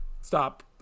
stop